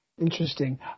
Interesting